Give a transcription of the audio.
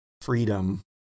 freedom